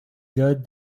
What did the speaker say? good